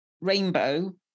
rainbow